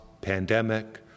pandemic